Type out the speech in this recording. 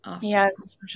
yes